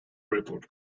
report